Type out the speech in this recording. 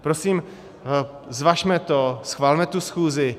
Prosím, zvažme to, schvalme tu schůzi.